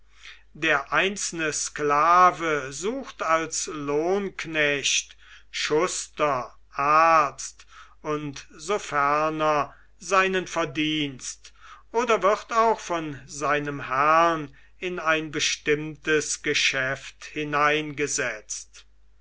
der einzelne sklave sucht als lohnknecht schuster arzt und so ferner seinen verdienst oder wird auch von seinem herrn in ein bestimmtes geschäft hineingesetzt